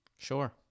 Sure